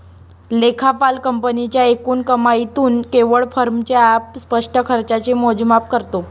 लेखापाल कंपनीच्या एकूण कमाईतून केवळ फर्मच्या स्पष्ट खर्चाचे मोजमाप करतो